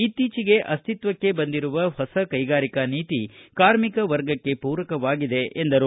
ಇತ್ತಿಚಿಗೆ ಅಸ್ತಿತ್ತಕ್ಕೆ ಬಂದಿರುವ ಹೊಸ ಕೈಗಾರಿಕಾ ನೀತಿ ಕಾರ್ಮಿಕ ವರ್ಗಕ್ಕೆ ಪೂರಕವಾಗಿದೆ ಎಂದರು